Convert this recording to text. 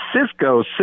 Cisco